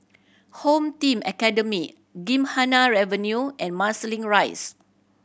Home Team Academy Gymkhana Avenue and Marsiling Rise